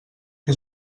qui